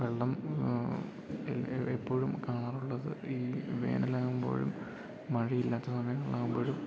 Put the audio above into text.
വെള്ളം എപ്പോഴും കാണാറുള്ളത് ഈ വേനൽലാകുമ്പോഴും മഴയില്ലാത്ത സമയങ്ങളിലാകുമ്പോഴും